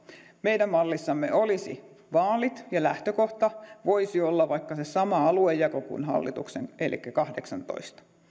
meidän mallissamme olisi vaalit ja lähtökohta voisi olla vaikka se sama aluejako kuin hallituksella elikkä kahdeksantoista aluetta